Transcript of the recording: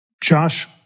Josh